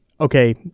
okay